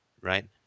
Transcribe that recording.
right